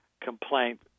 complaint